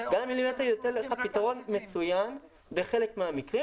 הגל המילימטרי ייתן לך פתרון מצוין בחלק מן המקרים,